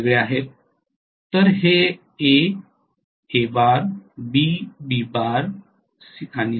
तर हे A Al B Bl आणि C Cl